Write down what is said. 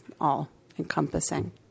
all-encompassing